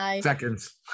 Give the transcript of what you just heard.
seconds